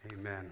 Amen